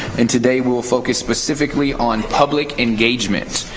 and, today, we will focus specifically on public engagement.